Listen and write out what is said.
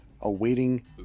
awaiting